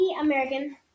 American